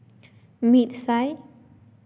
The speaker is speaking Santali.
ᱢᱤᱫ ᱥᱟᱭ